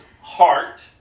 heart